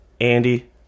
Andy